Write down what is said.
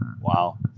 Wow